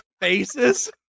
Faces